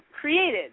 created